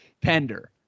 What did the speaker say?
Pender